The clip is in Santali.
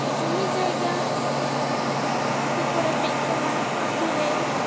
ᱡᱩᱢᱤᱼᱡᱟᱭᱜᱟ ᱡᱩᱫᱤᱠᱚ ᱨᱮᱯᱮᱡ ᱠᱟᱱᱟ ᱟᱛᱳᱨᱮ